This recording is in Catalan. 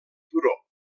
turó